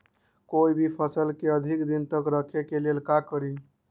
कोई भी फल के अधिक दिन तक रखे के लेल का करी?